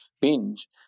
Binge